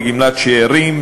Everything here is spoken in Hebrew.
לגמלת שאירים,